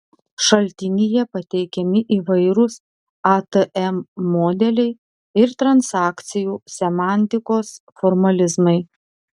šaltinyje pateikiami įvairūs atm modeliai ir transakcijų semantikos formalizmai